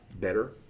better